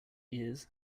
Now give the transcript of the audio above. years